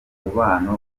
umubano